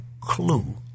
clue